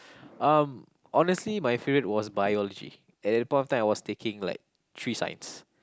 um honestly my favorite was Biology at that point of time I was taking like three science